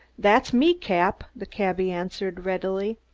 that's me, cap, the cabby answered readily.